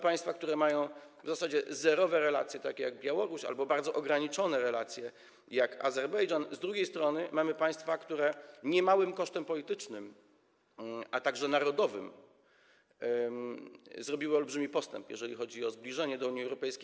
państwa, które mają w zasadzie zerowe relacje, jak Białoruś, albo bardzo ograniczone relacje, jak Azerbejdżan, z drugiej strony są państwa, które niemałym kosztem politycznym, a także narodowym zrobiły olbrzymi postęp, jeżeli chodzi o zbliżenie do Unii Europejskiej.